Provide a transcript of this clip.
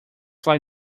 fly